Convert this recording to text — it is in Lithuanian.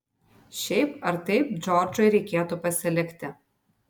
šiaip ar taip džordžui reikėtų pasilikti